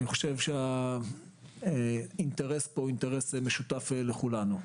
אני חושב שהאינטרס פה משותף לכולנו.